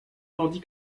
tandis